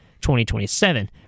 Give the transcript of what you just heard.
2027